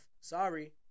Sorry